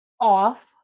off